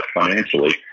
financially